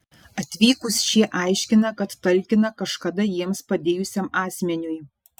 atvykus šie aiškina kad talkina kažkada jiems padėjusiam asmeniui